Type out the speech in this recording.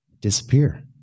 Disappear